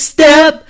Step